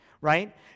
right